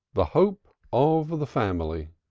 the hope of the family.